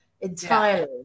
entirely